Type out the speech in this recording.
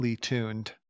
tuned